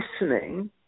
listening